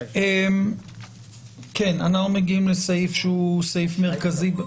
אנחנו מגיעים לסעיף מרכזי.